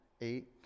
eight